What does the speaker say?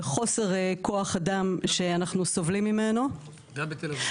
בחוסר כוח אדם שאנחנו סובלים ממנו -- גם בתל אביב.